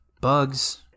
bugs